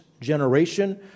generation